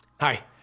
Hi